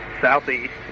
Southeast